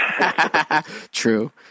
True